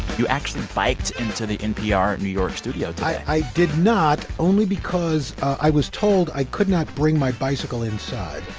you actually biked into the npr new york studio today i did not only because i was told i could not bring my bicycle inside